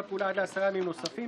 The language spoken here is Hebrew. אותנו לבחירות.